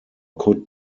could